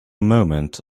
moment